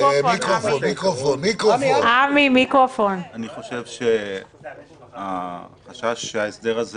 אני חושב שהחשש, שההסדר הזה